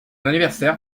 anniversaire